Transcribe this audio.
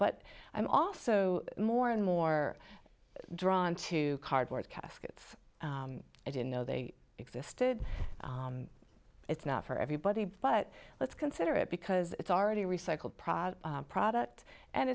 but i'm also more and more drawn to cardboard cask i didn't know they existed it's not for everybody but let's consider it because it's already recycled product product and